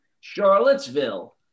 Charlottesville